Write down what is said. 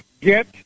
Get